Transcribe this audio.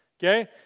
Okay